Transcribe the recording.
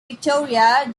victoria